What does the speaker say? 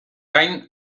gain